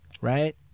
Right